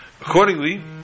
accordingly